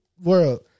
World